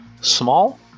small